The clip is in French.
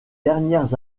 dernières